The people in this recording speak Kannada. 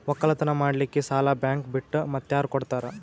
ಒಕ್ಕಲತನ ಮಾಡಲಿಕ್ಕಿ ಸಾಲಾ ಬ್ಯಾಂಕ ಬಿಟ್ಟ ಮಾತ್ಯಾರ ಕೊಡತಾರ?